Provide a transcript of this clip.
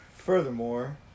Furthermore